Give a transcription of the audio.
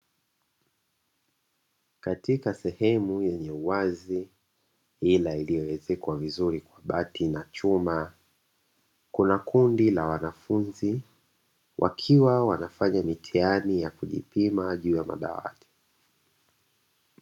Katika sehemu yenye uwazi ila iliyoezekwa vizuri kwa bati na chuma, kuna kundi la wanafunzi wakiwa wanafanya mitihani ya kujipima juu ya madawati.